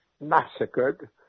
massacred